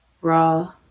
raw